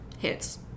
Hits